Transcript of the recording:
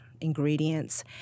ingredients